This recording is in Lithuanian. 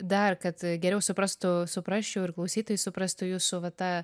dar kad geriau suprastų suprasčiau ir klausytojai suprastų jūsų va tą